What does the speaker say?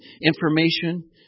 information